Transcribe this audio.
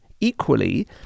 equally